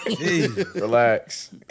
Relax